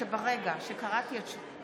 חבר הכנסת בן גביר, לא אישרתי לך לחזור.